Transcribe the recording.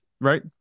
Right